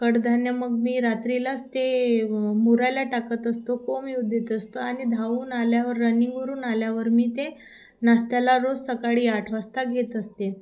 कडधान्य मग मी रात्रीलाच ते मुरायला टाकत असतो कोंब येऊ देत असतो आणि धावून आल्यावर रनिंगवरून आल्यावर मी ते नाश्त्याला रोज सकाळी आठ वाजता घेत असते